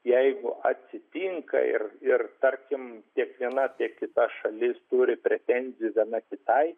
jeigu atsitinka ir ir tarkim tiek viena tiek kita šalis turi pretenzijų viena kitai